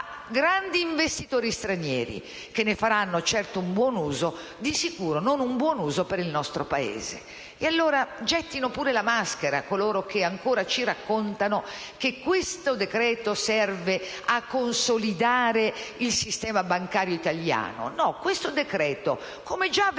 grandi investitori stranieri che ne faranno certo un buon uso, di sicuro non un buon uso per il nostro Paese. Gettino pure la maschera coloro che ancora ci raccontano che questo decreto-legge serve a consolidare il sistema bancario italiano. No, questo decreto, come già avvenuto